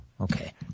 okay